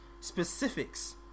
specifics